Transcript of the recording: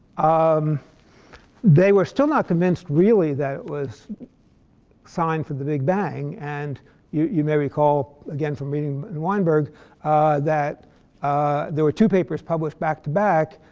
um they were still not convinced really that it was a sign for the big bang and you you may recall, again, from reading and weinberg that there were two papers published back-to-back.